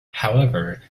however